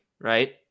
right